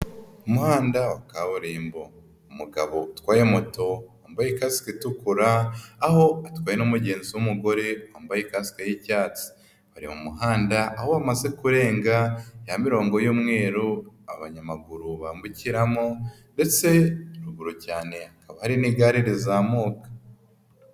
Umuhanda wa kaburimbo umugabo utwaye moto wambaye ikasike itukura aho atwaye n'umugenzi w'umugore wambaye ikaske y'icyatsi, ari mu muhanda aho bamaze kurenga ya mirongo y'umweru abanyamaguru bambukiramo, ndetse ruguru cyane hakaba hari n'igare rizamuka.